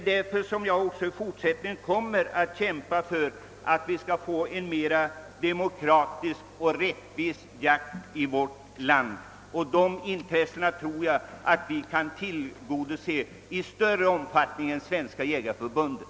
Därför kommer jag också i fortsättningen att kämpa för en mer demokratisk och rättvis jakt i vårt land, och jag tror att vi i Jägarnas riksförbund kan tillgodose de intressena bättre än Svenska jägareförbundet.